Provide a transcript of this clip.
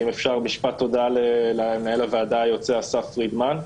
אם אפשר משפט תודה למנהל הוועדה היוצא אסף פרידמן.